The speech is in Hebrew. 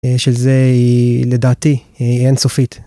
שזה היא לדעתי אין סופית.